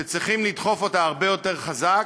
שצריכים לדחוף אותה הרבה יותר חזק.